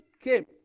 came